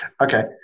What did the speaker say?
Okay